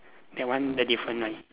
that one the different one